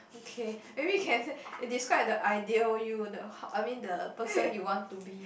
okay maybe you can say it describes the ideal you the I mean the person you want to be